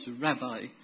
rabbi